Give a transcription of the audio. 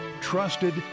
trusted